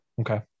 Okay